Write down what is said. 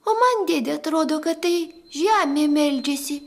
o man dėde atrodo kad tai žemė meldžiasi